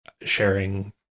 sharing